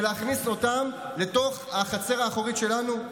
ולהכניס אותם לתוך החצר האחורית שלנו?